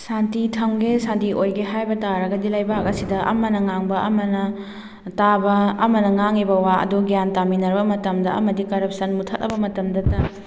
ꯁꯥꯟꯇꯤ ꯊꯝꯒꯦ ꯁꯥꯟꯇꯤ ꯑꯣꯏꯒꯦ ꯍꯥꯏꯕ ꯇꯥꯔꯒꯗꯤ ꯂꯩꯕꯥꯛ ꯑꯁꯤꯗ ꯑꯃꯅ ꯉꯥꯡꯕ ꯑꯃꯅ ꯇꯥꯕ ꯑꯃꯅ ꯉꯥꯡꯉꯤꯕ ꯋꯥ ꯑꯗꯨ ꯒ꯭ꯌꯥꯟ ꯇꯥꯃꯤꯟꯅꯔꯕ ꯃꯇꯝꯗ ꯑꯃꯗꯤ ꯀꯔꯞꯁꯟ ꯃꯨꯠꯊꯠꯂꯕ ꯃꯇꯝꯗꯇ